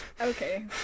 Okay